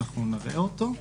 נראה אותו,